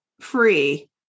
free